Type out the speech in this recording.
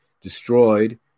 destroyed